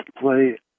play